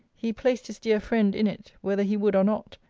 he placed his dear friend in it, whether he would or not,